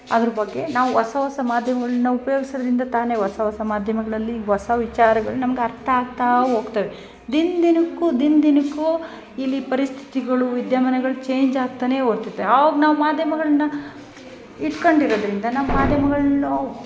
ಅದ್ರ ಬಗ್ಗೆ ನಾವು ಹೊಸ ಹೊಸ ಮಾಧ್ಯಮಗುಳ್ನ ಉಪಯೋಗಿಸೋದ್ರಿಂದ ತಾನೇ ಹೊಸ ಹೊಸ ಮಾಧ್ಯಮಗಳಲ್ಲಿ ಹೊಸ ವಿಚಾರಗಳು ನಮ್ಗೆ ಅರ್ಥ ಆಗ್ತಾ ಹೋಗ್ತವೆ ದಿನ ದಿನಕ್ಕೂ ದಿನ ದಿನಕ್ಕೂ ಇಲ್ಲಿ ಪರಿಸ್ಥಿತಿಗಳು ವಿದ್ಯಾಮಾನಗಳು ಚೇಂಜ್ ಆಗ್ತಾನೆ ಹೋಗ್ತದೇ ಆಗ ನಾವು ಮಾಧ್ಯಮಗಳ್ನ ಇಟ್ಕೊಂಡಿರೋದ್ರಿಂದ ನಾವು ಮಾಧ್ಯಮಗಳ್ನ